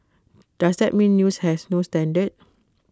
does that mean news has no standard